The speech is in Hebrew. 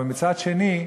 אבל מצד שני,